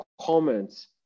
comments